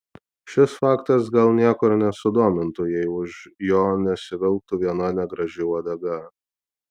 šis faktas gal nieko ir nesudomintų jei už jo nesivilktų viena negraži uodega